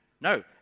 No